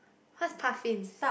what is puffins